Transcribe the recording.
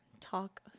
talk